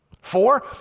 Four